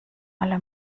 alle